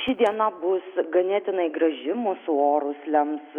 ši diena bus ganėtinai graži mūsų orus lems